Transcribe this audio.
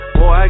Boy